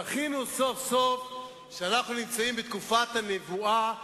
זכינו סוף-סוף שאנחנו נמצאים בתקופת הנבואה החדשה.